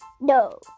No